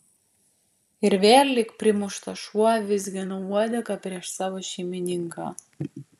ir vėl lyg primuštas šuo vizginau uodegą prieš savo šeimininką